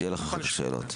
אחר כך.